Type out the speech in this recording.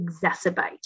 exacerbate